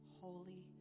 Holy